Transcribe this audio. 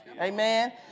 Amen